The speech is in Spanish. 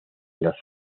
las